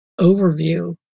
overview